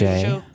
show